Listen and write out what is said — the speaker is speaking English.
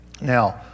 Now